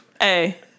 Hey